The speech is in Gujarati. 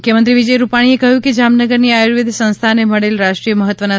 મુખ્યમંત્રી વિજય રૂપાણીએ કહ્યું છે કે જામનગરની આયુર્વેદ સંસ્થાને મળેલ રાષ્ટ્રીય મહત્વના